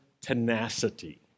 tenacity